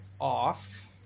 off